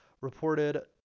reported